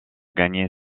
gagner